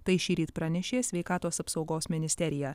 tai šįryt pranešė sveikatos apsaugos ministerija